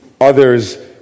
others